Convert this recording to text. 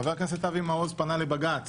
חבר הכנסת אבי מעוז פנה לבג"ץ